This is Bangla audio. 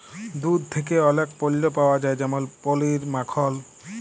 দুহুদ থ্যাকে অলেক পল্য পাউয়া যায় যেমল পলির, মাখল